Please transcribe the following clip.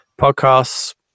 podcasts